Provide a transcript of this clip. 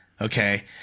Okay